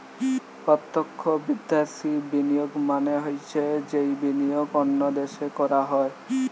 প্রত্যক্ষ বিদ্যাশি বিনিয়োগ মানে হৈছে যেই বিনিয়োগ অন্য দেশে করা হয়